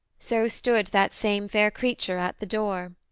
so stood that same fair creature at the door.